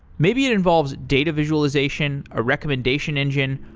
maybe it involves data visualization, a recommendation engine,